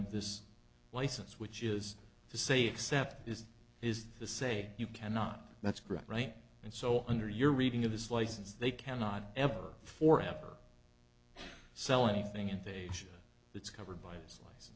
of this license which is to say except is is the say you cannot that's correct right and so under your reading of his license they cannot ever before after selling thing into asia that's covered by this li